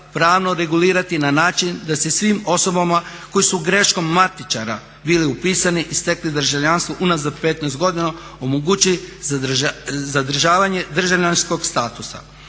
pravno regulirati na način da se svim osobama koje su greškom matičara bili upisani i stekli državljanstvo unazad 15 godina omogući zadržavanje državljanskog statusa.